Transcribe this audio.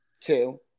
two